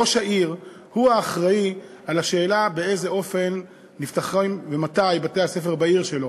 ראש העיר הוא האחראי לשאלה באיזה אופן ומתי נפתחים בתי-הספר בעיר שלו.